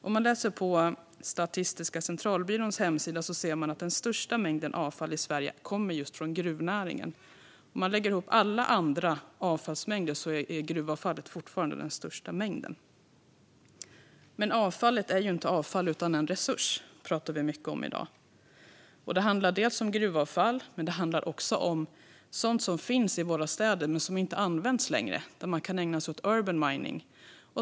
Om man läser på Statistiska centralbyråns hemsida ser man att den största mängden avfall i Sverige kommer just från gruvnäringen. Om man lägger ihop alla andra avfallsmängder är gruvavfallet fortfarande den största mängden. Men avfall är ju inte avfall utan en resurs - det pratar vi mycket om i dag. Det handlar om gruvavfall men också om sådant som finns i våra städer men som inte används längre, och där kan man ägna sig åt urban mining.